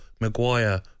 Maguire